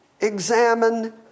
examine